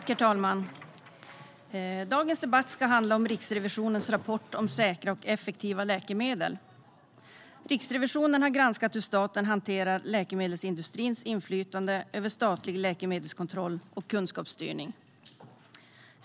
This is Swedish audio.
Herr talman! Dagens debatt ska handla om Riksrevisionens rapport om säkra och effektiva läkemedel. Riksrevisionen har granskat hur staten hanterar läkemedelsindustrins inflytande över statlig läkemedelskontroll och kunskapsstyrning.